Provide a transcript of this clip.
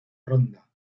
ronda